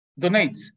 donates